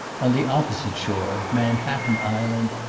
on the opposite shore, manhatten island,